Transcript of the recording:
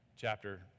chapter